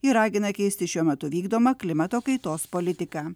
ir ragina keisti šiuo metu vykdomą klimato kaitos politiką